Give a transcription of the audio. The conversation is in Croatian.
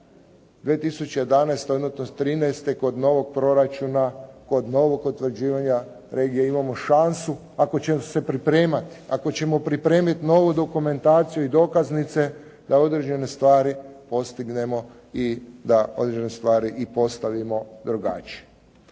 2011. odnosno 2013. kod novog proračuna, kod novog utvrđivanja regija imamo šansu, ako ćemo se pripremati, ako ćemo pripremiti novu dokumentaciju i dokaznice da određene stvari postignemo i da određene stvari i postavimo drugačije.